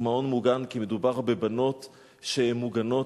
הוא מעון מוגן כי מדובר בבנות שהן מוגנות,